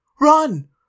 Run